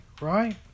right